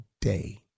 day